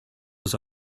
was